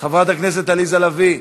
חברת הכנסת עליזה לביא,